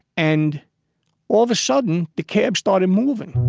and all of a sudden the cab started moving